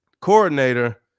coordinator